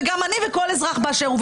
וגם אני וכל אזרח באשר הוא.